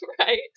Right